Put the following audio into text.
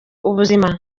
ubuzima